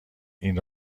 این